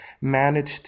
managed